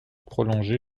prolongée